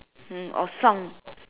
mm or song